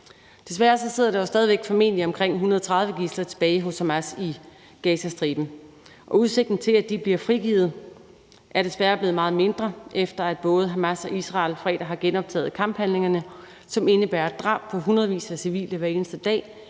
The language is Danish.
Desværre sidder der jo stadig væk formentlig omkring 130 gidsler tilbage hos Hamas i Gazastriben, og udsigten til, at de bliver frigivet, er desværre blevet meget mindre, efter at både Hamas og Israel fredag har genoptaget kamphandlingerne, som indebærer drab på hundredvis af civile hver eneste dag,